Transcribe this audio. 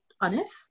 honest